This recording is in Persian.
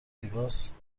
زیباست